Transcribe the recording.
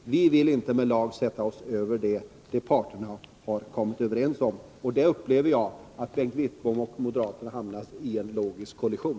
Vi vill inte med lag sätta oss över vad parterna har kommit överens om. Jag upplever det så, att Bengt Wittbom och moderaterna här har hamnat i en logisk kollision.